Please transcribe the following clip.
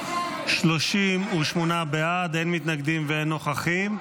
38 בעד, אין מתנגדים ואין נמנעים.